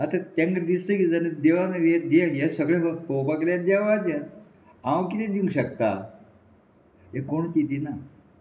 आतां तांकां दिसता की जाल्यार देवान हे दे हे सगळे पळोवपाक गेल्या देवाचे हांव कितें दिवंक शकता हे कोण कितें ना